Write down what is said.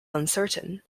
uncertain